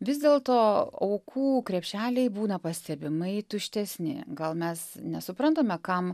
vis dėl to aukų krepšeliai būna pastebimai tuštesni gal mes nesuprantame kam